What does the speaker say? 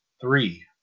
three